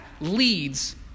leads